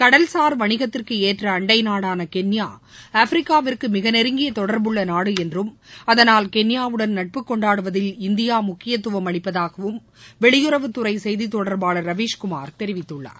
கடல்சார் வணிகத்திற்கு ஏற்ற அண்டைநாடான கென்யா ஆப்பிரிக்காவிற்கு மிக நெருங்கிய தொடர்புள்ள நாடு என்றும் அதனால் கென்யாவுடன் நட்பு கொண்டாடுவதில் இந்தியா முக்கியத்துவம் அளிப்பதாகவும் வெளியுறவுத்துறை செய்தி தொடர்பாளர் ரவீஸ் குமார் தெரிவித்துள்ளார்